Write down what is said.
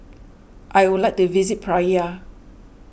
I would like to visit Praia